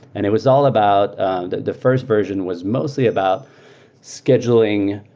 and it was all about the first version was mostly about scheduling,